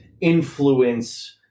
influence